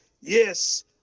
yes